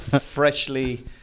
Freshly